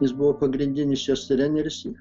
jis buvo pagrindinis jos treneris